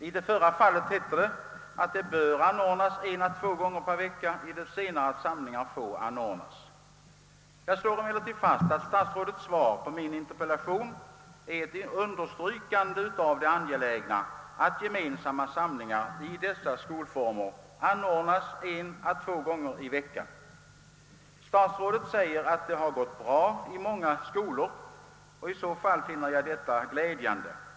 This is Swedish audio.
I det förra fallet heter det att samlingar bör anordnas 1—2 gånger per vecka, i det senare att samlingar får anordnas. Jag slår emellertid fast att statsrådets svar på min interpellation är ett understrykande av det angelägna i att gemensamma samlingar inom ifrågavarande skolformer anordnas 1—2 gånger per vecka. Statsrådet säger att det har gått bra i många skolor. I så fall är detta glädjande.